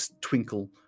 twinkle